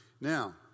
Now